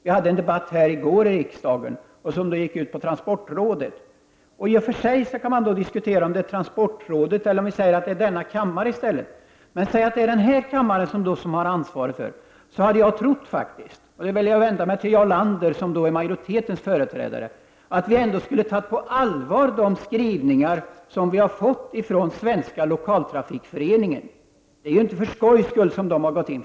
Vi hade en debatt här i går i riksdagen som handlade om transportrådet. Man kan i och för sig diskutera om det är transportrådet eller denna kammare som skall ha ansvaret. Om man säger att det är denna kammare som har ansvaret så hade jag trott — jag vänder mig till Jarl Lander som är majoritetens företrädare — att vi skulle ta de skrivningar som vi har fått från Svenska lokaltrafikföreningen på allvar. Den har inte gått in för detta för skojs skull.